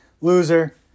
Loser